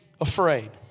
afraid